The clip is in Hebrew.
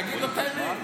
תגיד לו את האמת.